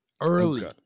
Early